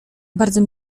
bardzo